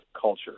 culture